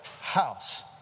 house